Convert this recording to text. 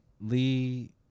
Lee